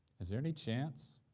is there any chance